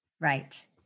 Right